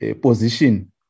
position